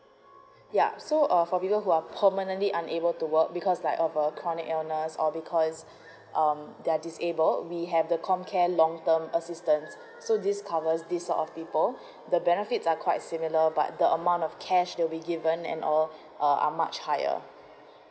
ya so uh for people who are permanently unable to work because like of a connect illness because um they're disabled we have the comcare long term assistance so this covers this sort of people the benefits are quite similar but the amount of cash that will be given and all are much higher